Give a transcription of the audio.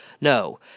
No